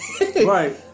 Right